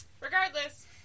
Regardless